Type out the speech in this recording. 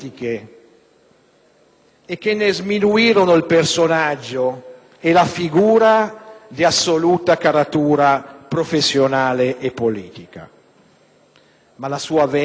e che ne sminuirono il personaggio e la figura, di assoluta caratura professionale e politica. Ma la sua *verve*,